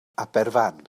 aberfan